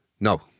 No